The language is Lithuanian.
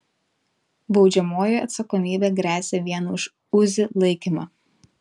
baudžiamoji atsakomybė gresia vien už uzi laikymą